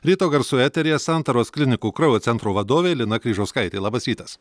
ryto garsų eteryje santaros klinikų kraujo centro vadovė lina kryžauskaitė labas rytas